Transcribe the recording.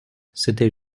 c’était